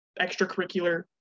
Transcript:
extracurricular